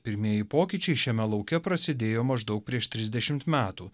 kad pirmieji pokyčiai šiame lauke prasidėjo maždaug prieš trisdešim metų